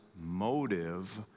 motive